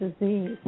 disease